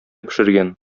пешергән